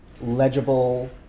legible